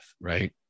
right